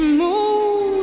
move